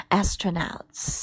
astronauts 。